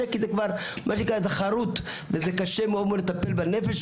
כי כבר מה שנקרא זה חרוט וזה קשה מאוד לטפל בנפש.